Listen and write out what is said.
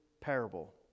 parable